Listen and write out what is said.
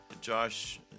Josh